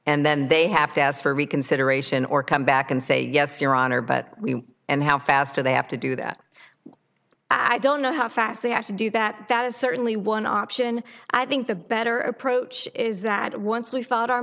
and then they have to ask for reconsideration or come back and say yes your honor but we and how fast are they have to do that i don't know how fast they have to do that that is certainly one option i think the better approach is that once we f